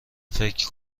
فکر